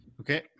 Okay